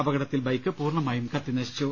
അപകടത്തിൽ ബൈക്ക് പൂർണ്ണമായും കത്തിനശിച്ചു